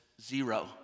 Zero